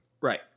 right